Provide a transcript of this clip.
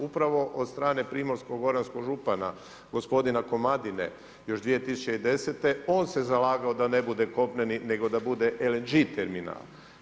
Upravo od strane Primorsko goranskog župana, gospodina Komadine, još 2010. on se zalagao da ne bude kopneni, nego da bude LNG terminal.